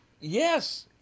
Yes